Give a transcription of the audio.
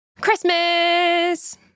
Christmas